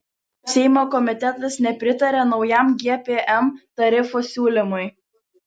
seimo komitetas nepritarė naujam gpm tarifo siūlymui